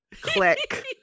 click